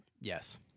yes